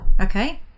okay